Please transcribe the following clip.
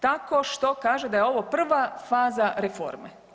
Tako što kaže da je ovo prva faza reforme.